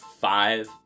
five